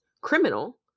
criminal